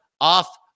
off